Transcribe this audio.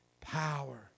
power